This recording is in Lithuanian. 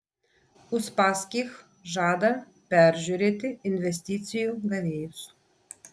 uspaskich žada peržiūrėti investicijų gavėjus